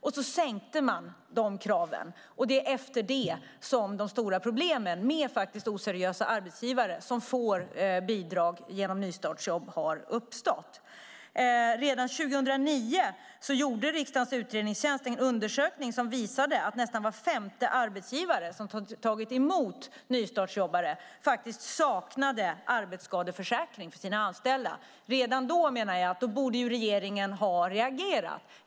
Sedan sänkte man de kraven. Det är efter det som de stora problemen med oseriösa arbetsgivare som får bidrag genom nystartsjobb har uppstått. Redan 2009 gjorde riksdagens utredningstjänst en undersökning som visade att nästan var femte arbetsgivare som tagit emot nystartsjobbare saknade arbetsskadeförsäkring för sina anställda. Redan då menar jag att regeringen borde ha reagerat.